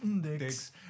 Dicks